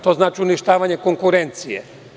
To znači uništavanje konkurencije.